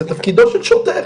זה תפקידו של שוטר.